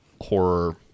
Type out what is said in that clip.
horror